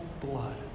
blood